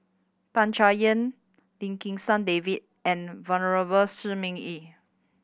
Tan Chay Yan Lim Kim San David and Venerable Shi Ming Yi